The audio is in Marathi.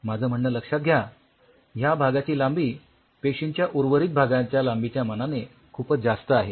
माझं म्हणणं लक्षात घ्या ह्या भागाची लांबी पेशींच्या उर्वरित भागाच्या लांबीच्या मानाने खूपच जास्त आहे